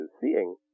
seeing